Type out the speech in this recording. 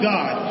God